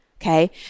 okay